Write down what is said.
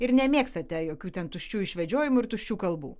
ir nemėgstate jokių ten tuščių išvedžiojimų ir tuščių kalbų